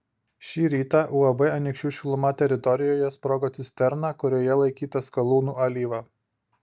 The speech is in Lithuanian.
šį rytą uab anykščių šiluma teritorijoje sprogo cisterna kurioje laikyta skalūnų alyva